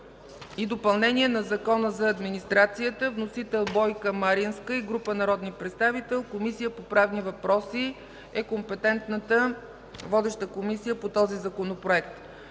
и допълнение на Закона за администрацията. Вносители – Бойка Маринска и група народни представители. Комисията по правни въпроси е компетентната водеща комисия по този законопроект.